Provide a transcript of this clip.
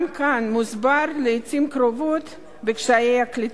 גם כן מוסבר לעתים קרובות בקשיי הקליטה,